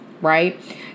right